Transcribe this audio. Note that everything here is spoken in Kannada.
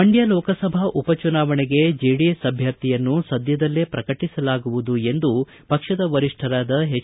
ಮಂಡ್ಯ ಲೋಕಸಭಾ ಉಪಚುನಾವಣೆಗೆ ಜೆಡಿಎಸ್ ಅಭ್ಯರ್ಥಿಯನ್ನು ಸದ್ದದಲ್ಲೇ ಪ್ರಕಟಿಸಲಾಗುವುದೆಂದು ಪಕ್ಷದ ವರಿಷ್ಠರಾದ ಎಚ್